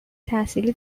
تحصیلی